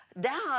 down